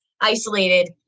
isolated